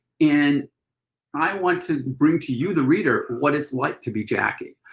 and i want to bring to you the reader what it's like to be jackie.